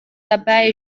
dabei